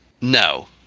No